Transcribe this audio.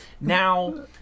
Now